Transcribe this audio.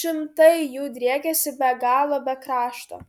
šimtai jų driekėsi be galo be krašto